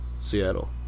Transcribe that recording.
Seattle